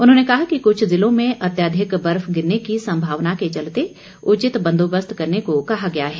उन्होंने कहा कि कुछ ज़िलों में अत्यधिक बर्फ गिरने की संभावना के चलते उचित बंदोबस्त करने को कहा गया है